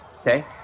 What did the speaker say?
Okay